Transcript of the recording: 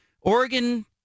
Oregon